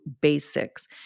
basics